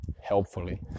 helpfully